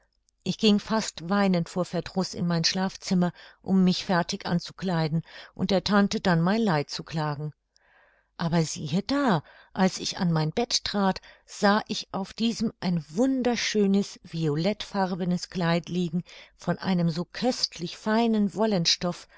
ich ging fast weinend vor verdruß in mein schlafzimmer um mich fertig anzukleiden und der tante dann mein leid zu klagen aber siehe da als ich an mein bett trat sah ich auf diesem ein wunderschönes violettfarbenes kleid liegen von einem so köstlich feinen